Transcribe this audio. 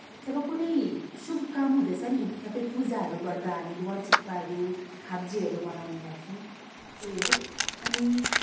जब कुनै शुभ काम हुँदैछ नि या फिर पूजाहरू गर्दा हामीले वाचिप्पाहरू खाब्जेहरू बनाउने गर्छौं त्यही हो अनि